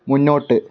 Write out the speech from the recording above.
മുന്നോട്ട്